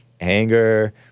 anger